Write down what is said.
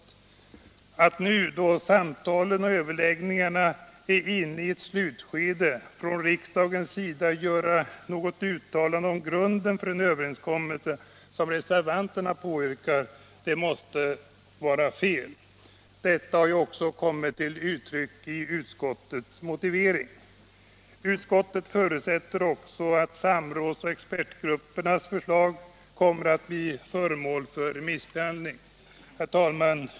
Att nu, då samtalen och överläggningarna är inne i ett slutskede, från riksdagens sida göra något uttalande om grunden för en överenskommelse, som reservanterna påyrkar, måste vara fel. Detta har ju också kommit till uttryck i utskottsmajoritetens motivering. Utskottet förutsätter även att samråds och expertgruppernas förslag kommer att bli föremål för remissbehandling. Herr talman!